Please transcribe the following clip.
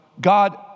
God